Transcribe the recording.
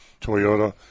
Toyota